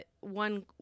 one